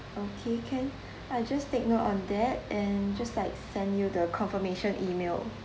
okay can I'll just take note on that and just like send you the confirmation email